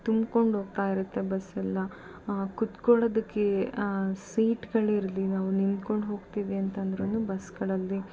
ತುಂಬ್ಕೊಂಡು ಹೋಗ್ತಾ ಇರುತ್ತೆ ಬಸ್ಸೆಲ್ಲ ಕುತ್ಕೊಳ್ಳೋದಕ್ಕೆ ಸೀಟ್ಗಳು ಇರಲಿ ನಾವು ನಿಂತ್ಕೊಂಡು ಹೋಗ್ತೀವಿ ಅಂತ ಅಂದ್ರು ಬಸ್ಗಳಲ್ಲಿ